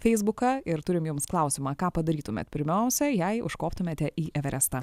feisbuką ir turim jums klausimą ką padarytumėt pirmiausia jei užkoptumėte į everestą